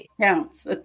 counts